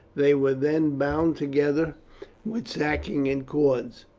they were then bound together with sacking and cords.